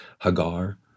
Hagar